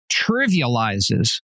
trivializes